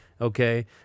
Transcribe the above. okay